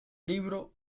libro